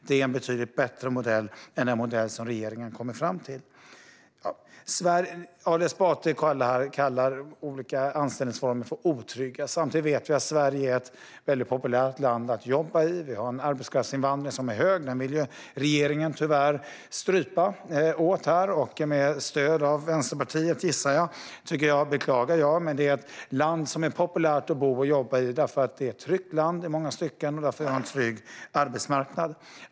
Det är en betydligt bättre modell än den modell som regeringen har kommit fram till. Ali Esbati talar om olika anställningsformer som otrygga. Samtidigt vet vi att Sverige är ett populärt land att jobba i. Vi har en arbetskraftsinvandring som är hög, och den vill regeringen tyvärr strypa med stöd av Vänsterpartiet, gissar jag och beklagar jag. Sverige är ett land som är populärt att bo och jobba i för att det är ett tryggt land i många stycken och för att vi har en trygg arbetsmarknad.